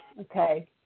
Okay